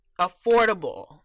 affordable